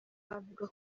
avuga